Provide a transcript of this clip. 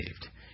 saved